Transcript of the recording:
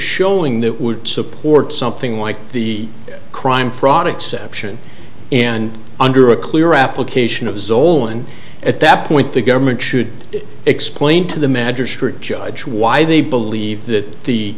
showing that would support something like the crime fraud exception and under a clear application of zola and at that point the government should explain to the magistrate judge why they believe that the